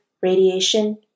radiation